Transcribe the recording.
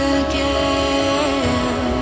again